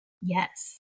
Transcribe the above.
Yes